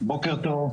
בוקר טוב,